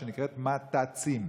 שנקראת מת"צים,